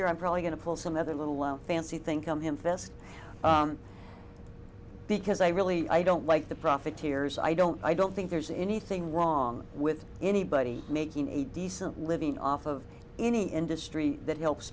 year i'm probably going to pull some other little low fancy think i'm him for this because i really don't like the profiteers i don't i don't think there's anything wrong with anybody making a decent living off of any industry that helps